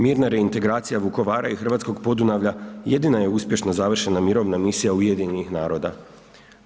Mirna reintegracija Vukovara i hrvatskog Podunavlja jedina je uspješno završena mirovna misija UN-a.